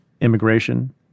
immigration